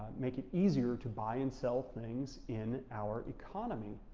make it easier to buy and sell things in our economy.